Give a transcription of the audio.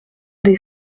des